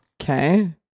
Okay